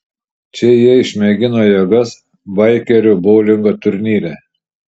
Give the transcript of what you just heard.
čia jie išmėgino jėgas baikerių boulingo turnyre